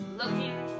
looking